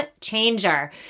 changer